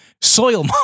soil